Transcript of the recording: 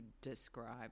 describe